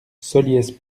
solliès